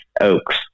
oaks